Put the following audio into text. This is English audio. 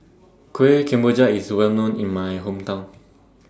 Kueh Kemboja IS Well known in My Hometown